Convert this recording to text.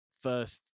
first